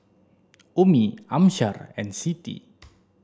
Ummi Amsyar and Siti